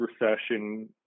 recession